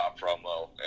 promo